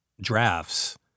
drafts